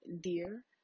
dear